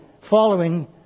following